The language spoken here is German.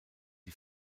die